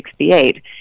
1968